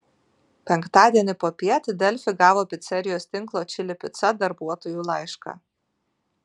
penktadienį popiet delfi gavo picerijos tinklo čili pica darbuotojų laišką